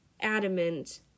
adamant